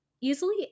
easily